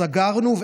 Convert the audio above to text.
סגרנו,